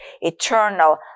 eternal